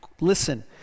listen